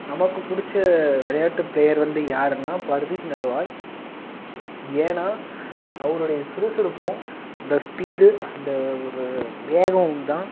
நமக்கு பிடிச்ச வெளையாட்டு ப்ளேயர் வந்து யாருன்னா பர்தீப் நர்வால் ஏன்னா அவரோடைய சுறுசுறுப்பும் அந்த ஸ்பீடு அந்த ஒரு வேகமும் தான்